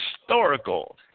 historical